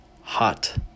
hot